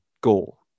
goal